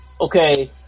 Okay